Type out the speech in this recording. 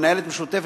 מנהלת משותפת,